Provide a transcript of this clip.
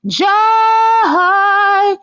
joy